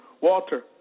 Walter